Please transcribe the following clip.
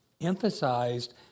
emphasized